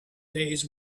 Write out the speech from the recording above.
days